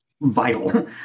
Vital